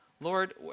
lord